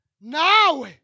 Now